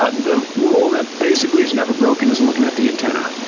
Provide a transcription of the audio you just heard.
ah the rule that basically is never broken is looking at the antenna.